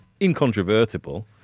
incontrovertible